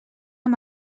amb